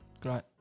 Great